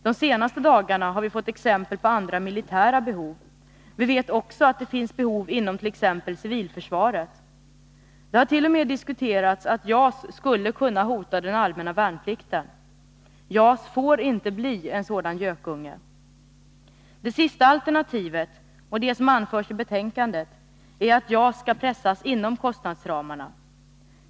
De senaste dagarna har vi fått exempel på andra militära behov. Vi vet också att det finns behov inom t.ex. civilförsvaret. Det har t.o.m. diskuterats att JAS skulle kunna hota den allmänna värnplikten. JAS får inte bli en sådan gökunge. Det sista alternativet, och det som anförs i betänkandet, är att JAS skall pressas inom kostnadsramarna.